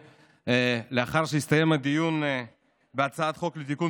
לאחר שהסתיים הדיון בהצעת חוק לתיקון